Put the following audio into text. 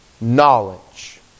knowledge